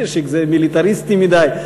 נשק זה מיליטריסטי מדי,